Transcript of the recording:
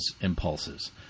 impulses